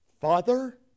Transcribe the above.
father